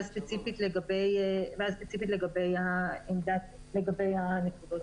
ואז ספציפית לגבי הנקודות.